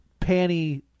panty